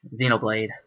Xenoblade